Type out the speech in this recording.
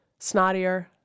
snottier